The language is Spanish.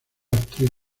actriz